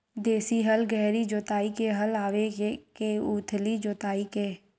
देशी हल गहरी जोताई के हल आवे के उथली जोताई के?